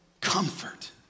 comfort